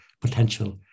potential